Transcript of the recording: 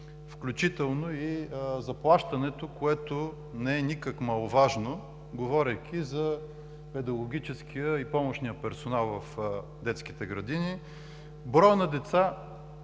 включително и заплащането, което не е никак маловажно, говорейки за педагогическия помощния персонал в детските градини. Броят на децата